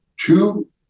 two